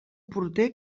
porter